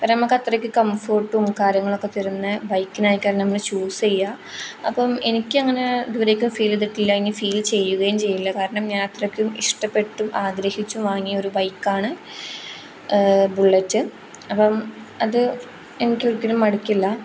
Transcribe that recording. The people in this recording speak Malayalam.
കാരണം നമുക്ക് അത്രയ്ക്ക് കംഫേർട്ടും കാര്യങ്ങളൊക്കെ തരുന്ന ബൈക്കിനായിക്കാരം നമ്മൾ ചൂസ് ചെയ്യുക അപ്പം എനിക്കങ്ങനെ ഇതുവരെയ്ക്കും ഫീൽ ചെയ്തിട്ടില്ല ഇനി ഫീൽ ചെയ്യുകയും ചെയ്യില്ല കാരണം ഞാൻ അത്രയ്ക്കും ഇഷ്ടപ്പെട്ടും ആഗ്രഹിച്ചും വാങ്ങിയ ഒരു ബൈക്കാണ് ബുള്ളറ്റ് അപ്പം അത് എനിക്കൊരിക്കലും മടുക്കില്ല